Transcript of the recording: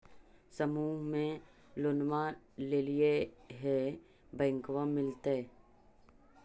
समुह मे लोनवा लेलिऐ है बैंकवा मिलतै?